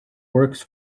works